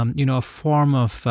um you know, a form of,